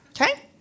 okay